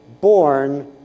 born